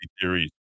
theories